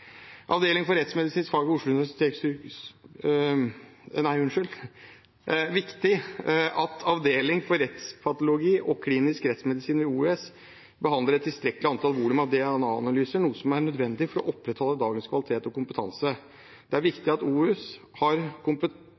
avdeling for rettspatologi og klinisk rettsmedisin ved OUS beholder et tilstrekkelig volum av DNA-analyser, noe som er nødvendig for å opprettholde dagens kvalitet og kompetanse. Det er viktig at OUS